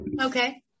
Okay